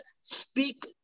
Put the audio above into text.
speak